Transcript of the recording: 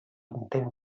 intent